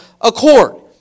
accord